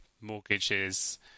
mortgages